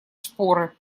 шпоры